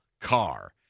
car